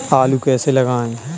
आलू कैसे लगाएँ?